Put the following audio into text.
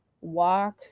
walk